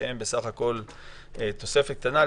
שהם בסך הכול תוספת קטנה,